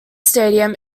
stadium